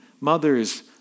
mothers